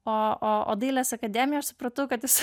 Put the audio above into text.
o o o dailės akademijoj aš supratau kad esu